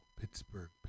Pittsburgh